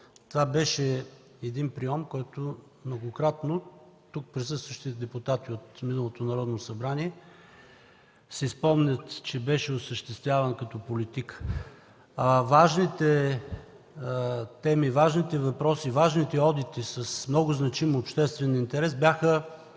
Това беше прийом, който многократно, тук присъстващите депутати от миналото Народно събрание си спомнят, беше осъществяван като политика, а важните теми, важните въпроси, важните одити, с много значим обществен интерес, бяха